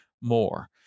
more